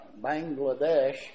Bangladesh